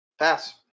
Pass